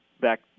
back